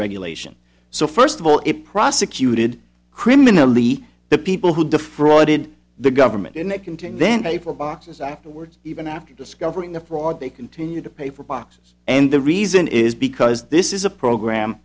regulation so first of all it prosecuted criminally the people who defrauded the government and it contained then pay for boxes afterwards even after discovering the fraud they continued to pay for boxes and the reason is because this is a program